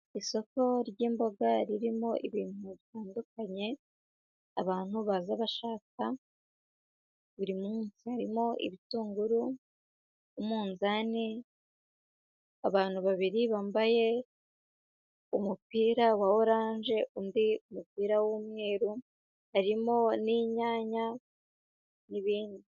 Isoko ry'imboga ririmo ibintu bitandukanye, abantu baza bashaka buri munsi, harimo ibitunguru, umunzani, abantu babiri bambaye umupira wa oranje, undi umupira w'umweru, harimo n'inyanya n'ibindi.